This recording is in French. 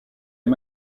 les